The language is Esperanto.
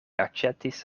aĉetis